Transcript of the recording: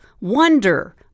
wonder